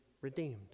redeemed